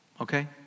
Okay